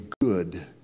good